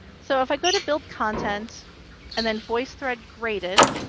so if i go to build content and then voicethread graded,